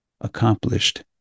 accomplished